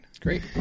Great